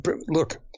look